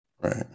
right